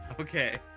Okay